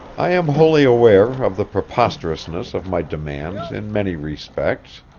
i am wholly aware of the preposterousness of my demands in many respects